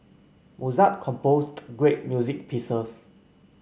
Mozart composed great music pieces